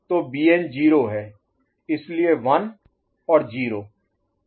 तो Bn 0 है इसलिए 1 और 0